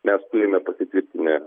mes turime patvirtinę